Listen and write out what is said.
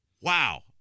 wow